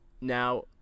Now